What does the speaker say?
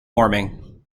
warming